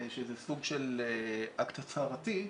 שזה סוג של אקט הצהרתי,